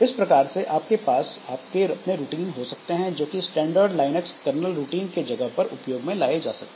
इस प्रकार से आपके पास आपके अपने रूटीन हो सकते हैं जोकि स्टैंडर्ड लाइनक्स कर्नल रूटीन के जगह पर उपयोग में लाए जा सकते हैं